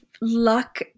luck